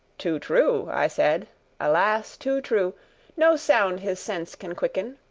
too true, i said alas, too true no sound his sense can quicken!